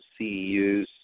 CEUs